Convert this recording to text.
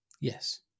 Yes